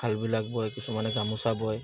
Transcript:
শালবিলাক বয় কিছুমানে গামোচা বয়